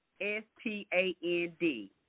S-T-A-N-D